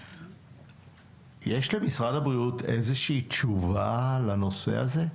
יש למשרד הבריאות איזושהי תשובה לנושא הזה?